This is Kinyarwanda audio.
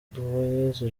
nduwayezu